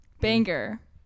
Banger